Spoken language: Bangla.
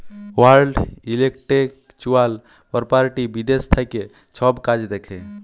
ওয়াল্ড ইলটেল্যাকচুয়াল পরপার্টি বিদ্যাশ থ্যাকে ছব কাজ দ্যাখে